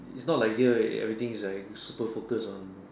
it's not like here everything is like super focus on